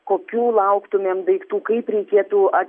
kokių lauktumėm daiktų kaip reikėtų at